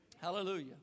Hallelujah